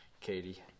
Katie